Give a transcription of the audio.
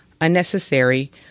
unnecessary